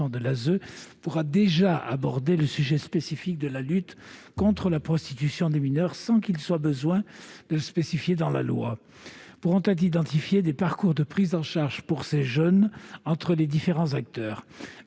de l'ASE, pourra déjà aborder le sujet spécifique de la lutte contre la prostitution des mineurs, sans qu'il soit besoin de le spécifier dans la loi. Pourront être identifiés des parcours de prises en charge pour ces jeunes entre les différents acteurs.